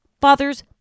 father's